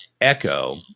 echo